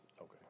Okay